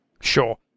Sure